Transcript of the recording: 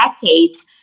decades